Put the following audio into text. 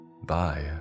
Bye